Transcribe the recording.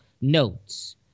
notes